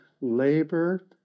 labor